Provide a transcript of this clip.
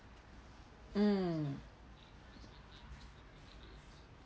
mm